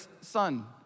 son